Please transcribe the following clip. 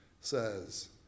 says